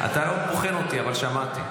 אתה בוחן אותי, אבל שמעתי.